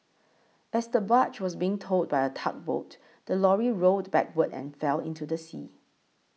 as the barge was being towed by a tugboat the lorry rolled backward and fell into the sea